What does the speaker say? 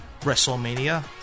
Wrestlemania